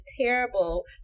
terrible